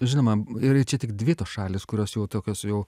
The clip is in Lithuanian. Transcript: žinoma yra čia tik dvi tos šalys kurios jau tokios jau